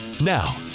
Now